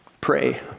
pray